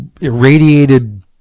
irradiated